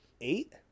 eight